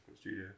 studio